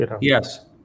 Yes